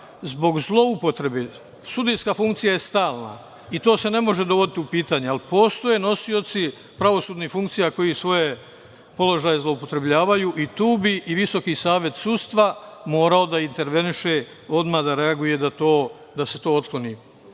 zbog zloupotrebe. Sudijska funkcija je stalna, i to se ne može dovoditi u pitanje, ali postoje nosioci pravosudnih funkcija koji svoje položaje zloupotrebljavaju i tu bi i Visoki savet sudstva morao da interveniše, odmah da reaguje da se to otkloni. Malo